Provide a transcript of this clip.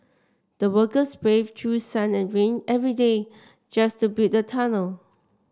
the workers braved through sun and rain every day just to build the tunnel